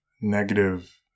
negative